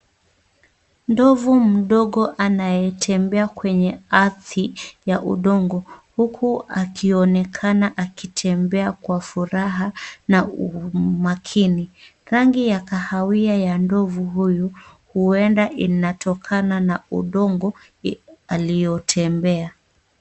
Ndovu mdogo anayetembea kwenye ardhi ya udongo, huku akionekana akitembea kwa furaha na umakini. Rangi ya kahawia ya ndovu huyo huenda inatokana na udongo aliyotembea.